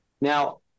Now